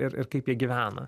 ir ir kaip jie gyvena